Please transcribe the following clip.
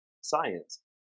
science